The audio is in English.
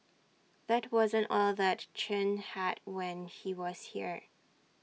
that wasn't all that Chen had when he was here